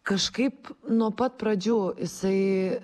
kažkaip nuo pat pradžių jisai